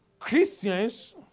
Christians